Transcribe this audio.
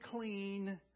clean